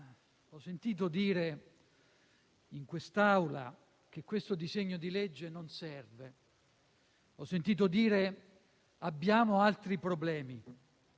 ho sentito dire in quest'Aula che questo disegno di legge non serve, ho sentito dire che abbiamo altri problemi.